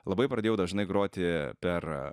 labai pradėjau dažnai groti per